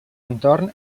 entorn